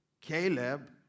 Caleb